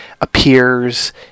appears